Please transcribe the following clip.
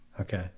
okay